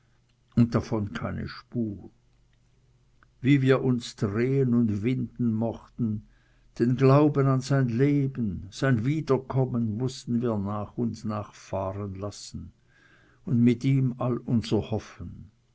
und davon keine spur wie wir uns drehen und winden mochten den glauben an sein leben sein wiederkommen mußten wir nach und nach fahren lassen und mit ihm all unser hoffen